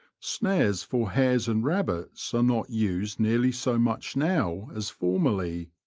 snares for hares and rabbits are not used nearly so much now as formerly.